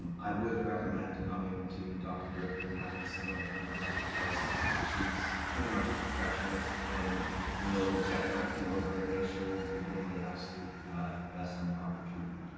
i would recommend coming to dr. gerfen and having similar thing done because she's pretty much a perfectionist and will check everything over, and make sure that you're getting the absolute best and proper treatment.